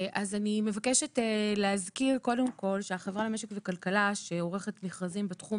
אני מבקשת להזכיר קודם כל שהחברה למשק וכלכלה שעורכת מכרזים בתחום